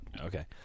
Okay